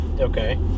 Okay